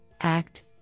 Act